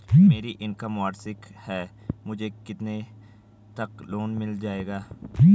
मेरी इनकम वार्षिक है मुझे कितने तक लोन मिल जाएगा?